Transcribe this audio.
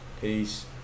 peace